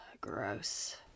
gross